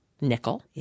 nickel